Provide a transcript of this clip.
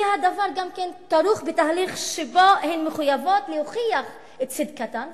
כי הדבר גם כרוך בתהליך שבו הן מחויבות להוכיח את צדקתן,